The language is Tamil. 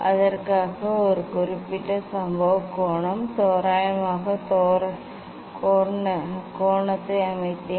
அதற்காக ஒரு குறிப்பிட்ட சம்பவ கோண தோராயமான கோணத்தை அமைத்தேன்